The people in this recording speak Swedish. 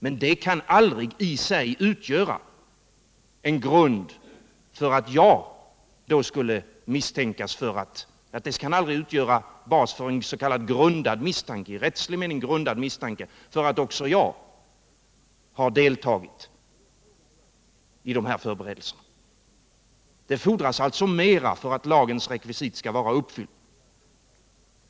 Men det kan aldrig i sig utgöra bas för i rättslig mening grundad misstanke att också jag har deltagit i de här förberedelserna. Det fordras alltså mera för att lagens rekvisit skall vara uppfyllt.